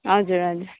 हजुर हजुर